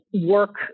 work